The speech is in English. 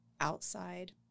outside